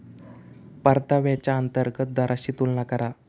परताव्याच्या अंतर्गत दराशी तुलना करा